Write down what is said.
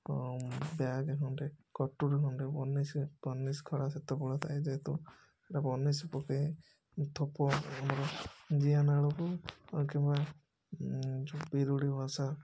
ଆଉ ବ୍ୟାଗ୍ ଖଣ୍ତେ କଟୁରୀ ଖଣ୍ଡେ ବନଁଶୀ ବନଁଶୀ ଖଡ଼ା ସେତେବେଳେ ଥାଏ ଯେହେତୁ ଏଇଟା ବନଁଶୀ ପକେଇ ଥୋପ ଆମର ଜିଆ ନାଡ଼କୁ କିମ୍ୱା ବିରୁଡ଼ି ବସା